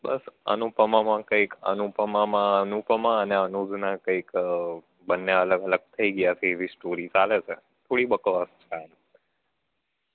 બસ અનુપમામાં કંઈક અનુપમામાં અનુપમા અને અનુજને કંઈક બંને અલગ અલગ થઈ ગયા છે એવી સ્ટોરી ચાલે છે થોડી બકવાસ છે એમ